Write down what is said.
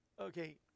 Okay